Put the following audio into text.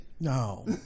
No